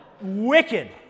wicked